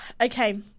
Okay